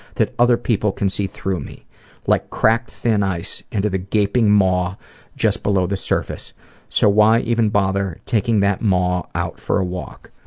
that other people can see through me like cracked thin ice into the gaping maw just below the surface so why even bother taking that maw out for a walk?